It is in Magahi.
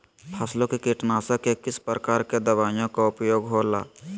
फसलों के कीटनाशक के किस प्रकार के दवाइयों का उपयोग हो ला?